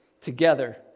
together